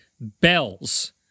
Bells